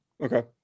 Okay